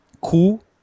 cool